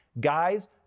Guys